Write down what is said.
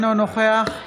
אינו נוכח